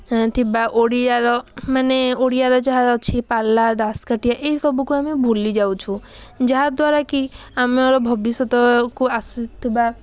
ଥିବା ଓଡ଼ିଆର ମାନେ ଓଡ଼ିଆର ଯାହା ଅଛି ପାଲା ଦାସ୍କାଠିଆ ଏହିସବୁକୁ ଆମେ ଭୁଲି ଯାଉଛୁ ଯାହା ଦ୍ଵାରାକି ଆମର ଭବିଷ୍ୟତକୁ ଆସୁଥିବା